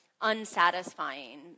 unsatisfying